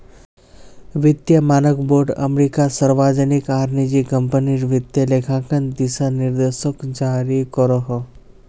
वित्तिय मानक बोर्ड अमेरिकात सार्वजनिक आर निजी क्म्पनीर वित्तिय लेखांकन दिशा निर्देशोक जारी करोहो